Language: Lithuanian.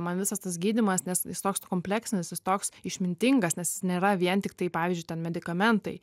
man visas tas gydymas nes jis toks kompleksinis jis toks išmintingas nes jis nėra vien tiktai pavyzdžiui ten medikamentai